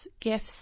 gifts